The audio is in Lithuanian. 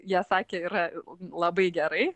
jie sakė yra labai gerai